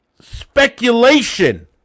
speculation